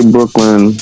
Brooklyn